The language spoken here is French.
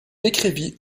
écrivit